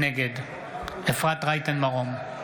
נגד אפרת רייטן מרום,